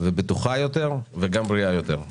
בטוחה יותר וגם בריאה יותר.